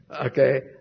okay